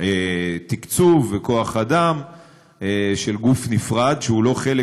תקצוב וכוח אדם של גוף נפרד שהוא לא חלק